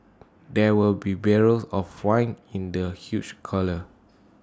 there were be barrels of wine in the huge cellar